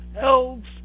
elves